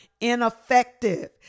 ineffective